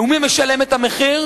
ומי משלם את המחיר?